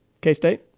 K-State